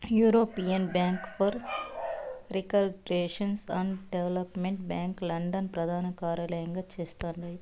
European bank for reconstruction and development bank London ప్రదానకార్యలయంగా చేస్తండాలి